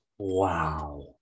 Wow